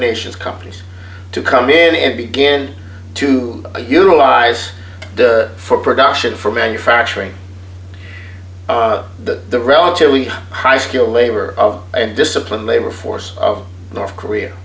nations companies to come in and begin to utilize for production for manufacturing the relatively high skilled labor of discipline labor force of north korea